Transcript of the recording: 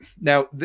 now